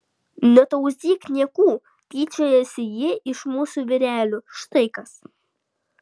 netauzyk niekų tyčiojasi ji iš mūsų vyrelių štai kas